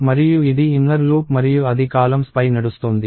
మరియు ఇది inner loop మరియు అది కాలమ్స్ పై నడుస్తోంది